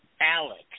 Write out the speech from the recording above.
Alex